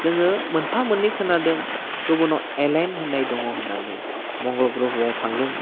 जोङो मोनफा मोननै खोनादों गुबुनाव एलियेन होननाय दङ होननानै मंगल ग्रहआव थांदों